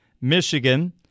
Michigan